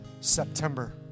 September